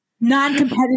non-competitive